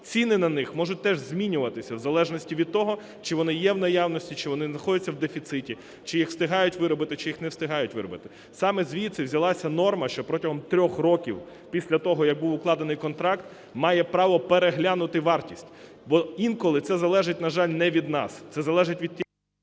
ціни на них можуть теж змінюватися в залежності від того, чи вони є в наявності, чи вони знаходяться в дефіциті, чи їх встигають виробити, чи їх не встигають виробити. Саме звідси взялася норма, що протягом 3 років після того, як був укладений контракт, має право переглянути вартість, бо інколи це залежить, на жаль, не від нас, це залежить від…